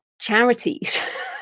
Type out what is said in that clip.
charities